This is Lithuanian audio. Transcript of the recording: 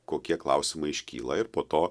kokie klausimai iškyla ir po to